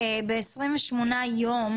במצב כזה נניח שעברו 14 יום